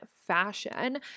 fashion